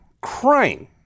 crying